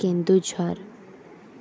Keonjhar